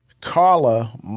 Carla